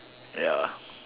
ya